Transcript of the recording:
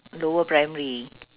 lower primary